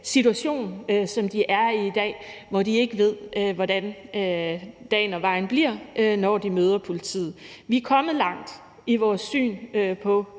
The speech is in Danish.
som de er i i dag, hvor de ikke ved, hvordan dagen og vejen bliver, når de møder politiet. Vi er kommet langt i vores syn på